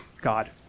God